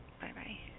Bye-bye